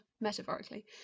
metaphorically